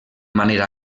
manera